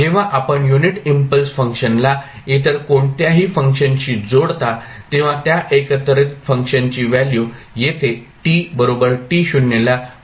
जेव्हा आपण unit impulse फंक्शनला इतर कोणत्याही फंक्शनशी जोडता तेव्हा त्या एकत्रित फंक्शनची व्हॅल्यू येथे ला फंक्शन व्हॅल्यू बनते